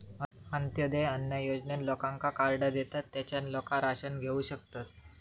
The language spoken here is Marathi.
अंत्योदय अन्न योजनेत लोकांका कार्डा देतत, तेच्यान लोका राशन घेऊ शकतत